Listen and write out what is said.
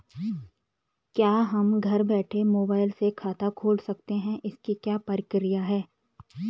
क्या हम घर बैठे मोबाइल से खाता खोल सकते हैं इसकी क्या प्रक्रिया है?